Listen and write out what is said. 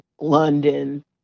London